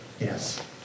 Yes